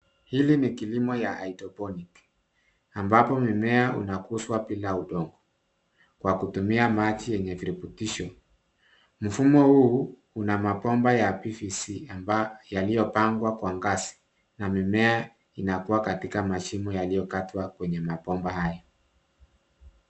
Hili ni kilimo ya hydroponic ambapo mimea unakuzwa bila udongo kwa kutumia maji yenye virutubisho. Mfumo huu una mabomba ya PVC yaliyopangwa kwa ngazi na mimea inakuwa katika mashimo yaliyokatwa kwenye mabomba haya.